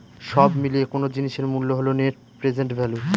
সব মিলিয়ে কোনো জিনিসের মূল্য হল নেট প্রেসেন্ট ভ্যালু